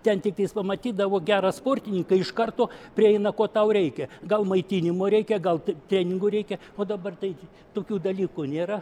ten tiktais pamatydavo gerą sportininką iš karto prieina ko tau reikia gal maitinimo reikia gal treningų reikia o dabar tai tokių dalykų nėra